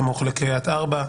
סמוך לקריית ארבע.